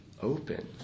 open